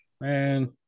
Man